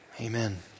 Amen